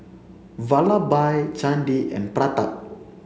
Vallabhbhai Chandi and Pratap